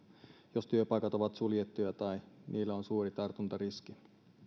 jos työpaikat ovat suljettuja tai niillä on suuri tartuntariski